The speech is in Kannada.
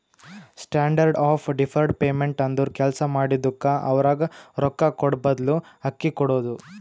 ಸ್ಟ್ಯಾಂಡರ್ಡ್ ಆಫ್ ಡಿಫರ್ಡ್ ಪೇಮೆಂಟ್ ಅಂದುರ್ ಕೆಲ್ಸಾ ಮಾಡಿದುಕ್ಕ ಅವ್ರಗ್ ರೊಕ್ಕಾ ಕೂಡಾಬದ್ಲು ಅಕ್ಕಿ ಕೊಡೋದು